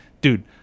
dude